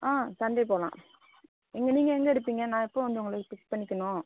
ஆ Sunday போகலாம் நீங்கள் நீங்கள் எங்கே இருப்பீங்க நான் எப்போது வந்து உங்களை பிக் பண்ணிக்கணும்